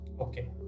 okay